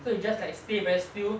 so you just like stay very still